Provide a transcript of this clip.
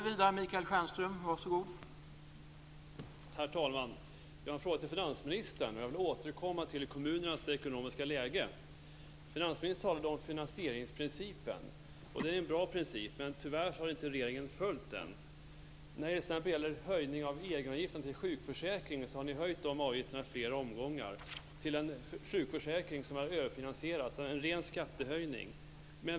Herr talman! Jag har en fråga till finansministern. Jag vill återkomma till kommunernas ekonomiska läge. Finansministern talade om finansieringsprincipen. Det är en bra princip, men tyvärr har inte regeringen följt den. Det gäller t.ex. höjningen av egenavgifterna till sjukförsäkringen. Ni har höjt dessa avgifter i flera omgångar, vilket lett till en sjukförsäkring som är överfinansierad. Det är alltså en ren skattehöjning.